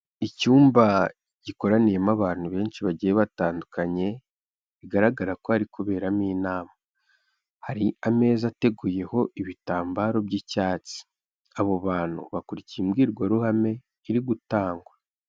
Icyumba gikoraniyemo abantu benshi bagiye batandukanye, bigaragara ko hari kuberamo inama, hari ameza ateguyeho ibitambaro by'icyatsi, abo bantu bakurikiye imbwirwaruhame iri gutangwa.